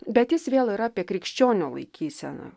bet jis vėl yra apie krikščionio laikyseną